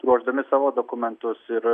ruošdami savo dokumentus ir